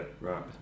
right